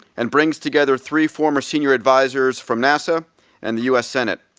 and brings together three former senior advisers from nasa and the us senate.